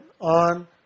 on